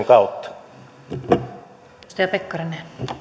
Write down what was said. kautta